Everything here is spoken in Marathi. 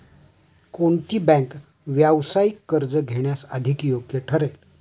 कोणती बँक व्यावसायिक कर्ज घेण्यास अधिक योग्य ठरेल?